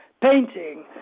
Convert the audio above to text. painting